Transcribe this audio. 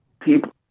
people